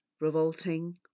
Revolting